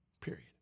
Period